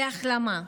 להחלמה.